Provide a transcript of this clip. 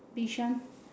bishan